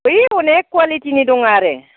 है अनेक कवालिटिनि दं आरो